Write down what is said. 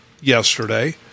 yesterday